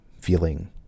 feeling